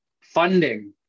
Funding